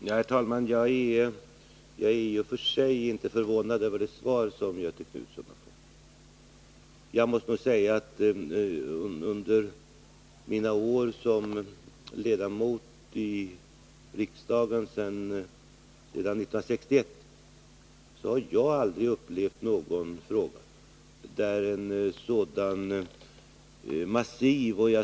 Herr talman! Jag är i och för sig inte förvånad över det svar som Göthe Knutson har fått. Jag måste säga att jag under mina år som ledamot av riksdagen, sedan 1961, aldrig har upplevt någon fråga där en sådan massiv och.